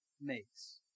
makes